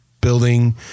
building